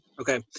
Okay